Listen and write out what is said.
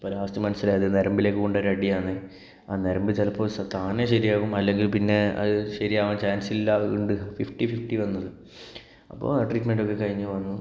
last മനസിലായത് ഞരമ്പിലേക്ക് കൊണ്ട ഒരടിയാണ് ആ ഞരമ്പ് ചിലപ്പോൾ താനേ ശരിയാകും അല്ലെങ്കിൽ പിന്നെ അത് ശെരിയാവാൻ ചാൻസ് ഇല്ല ഉണ്ട് ഫിഫ്റ്റി ഫിഫ്റ്റി വന്നത് അപ്പോൾ ട്രീറ്റ്മെൻറ് ഒക്കെ കഴിഞ്ഞ് വന്നു